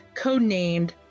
codenamed